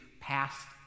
past